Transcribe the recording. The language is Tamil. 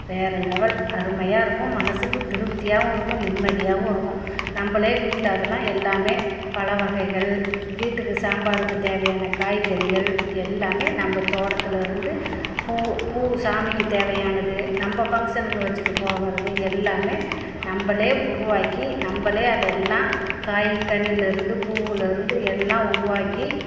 வேற லெவல் அருமையாக இருக்கும் மனதுக்கு திருப்தியாகும் இருக்கும் நிம்மதியாகும் இருக்கும் நம்மளே வீட்டில் அதெலாம் எல்லாமே பல வகைகள் வீட்டுக்கு சாம்பாருக்கு தேவையான காய்கறிகள் எல்லாமே நம்ம தோட்டத்துலேருந்து பூ பூ சாமிக்கு தேவையானது நம்ம ஃபங்க்சனுக்கு வச்சிட்டு போகிறது எல்லாமே நம்மளே உருவாக்கி நம்மளே அதை எல்லாம் காய் கனிலேருந்து பூவுலேருந்து எல்லாம் உருவாக்கி